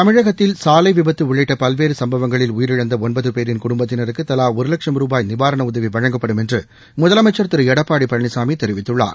தமிழகத்தில் சாலைவிபத்துஉள்ளிட்டபல்வேறுசம்பவங்களில் உயிரிழந்தஒன்பதுபேரின் குடும்பத்தினருக்குதலாஒருலட்சம் நிவாரணஉதவிவழங்கப்படும் ருபாய் என்றுமுதலமைச்சர் திருளடப்பாடிபழனிசாமிதெரிவித்துள்ளார்